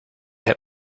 hit